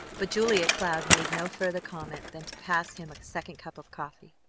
but julia cloud made no further comment than to pass him a second cup of coffee.